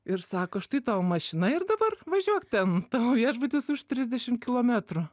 ir sako štai tavo mašina ir dabar važiuok ten tavo viešbutis už trisdešim kilometrų